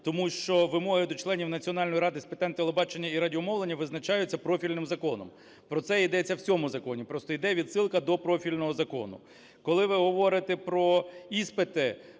Тому що вимоги до членів Національної ради з питань телебачення і радіомовлення визначаються профільним законом. Про це і йдеться в цьому законі, просто йде відсилка до профільного закону. Коли ви говорите про іспити.